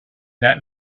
that